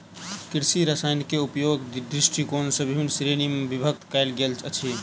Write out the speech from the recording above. कृषि रसायनकेँ उपयोगक दृष्टिकोण सॅ विभिन्न श्रेणी मे विभक्त कयल गेल अछि